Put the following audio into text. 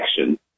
action